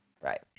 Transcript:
Right